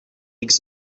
eggs